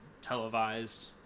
televised –